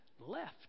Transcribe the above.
left